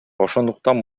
ошондуктан